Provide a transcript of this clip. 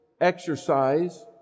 exercise